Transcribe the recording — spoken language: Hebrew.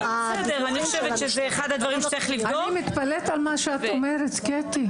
--- אני מתפלאת על מה שאת אומרת קטי.